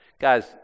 Guys